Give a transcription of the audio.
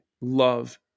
love